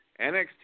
NXT